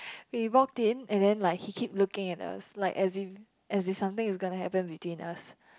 we walked in and then like he keep looking at us like as in as if something is gonna happen between us